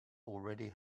already